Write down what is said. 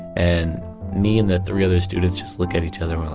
and me and the three other students just look at each other,